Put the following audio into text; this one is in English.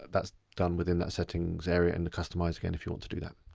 that's done within that settings area and the customise again if you wanna do that.